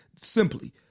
Simply